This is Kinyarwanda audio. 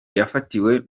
yafatiwe